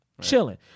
Chilling